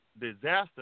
disaster